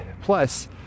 plus